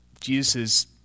Jesus